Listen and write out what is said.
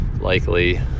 likely